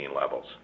levels